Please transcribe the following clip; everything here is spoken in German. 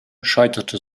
scheiterte